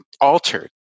altered